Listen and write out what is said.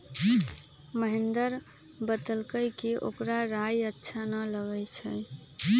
महेंदर बतलकई कि ओकरा राइ अच्छा न लगई छई